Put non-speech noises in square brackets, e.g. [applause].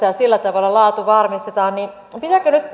[unintelligible] ja sillä tavalla laatu varmistetaan pitääkö nyt [unintelligible]